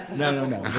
no, no, no.